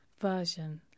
version